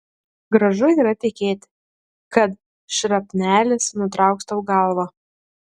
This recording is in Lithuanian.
gražu yra tikėti kad šrapnelis nutrauks tau galvą